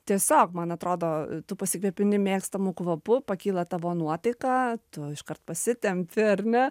tiesiog man atrodo tu pasikvepini mėgstamu kvapu pakyla tavo nuotaika tu iškart pasitempi ar ne